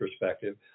perspective